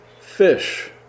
Fish